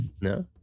No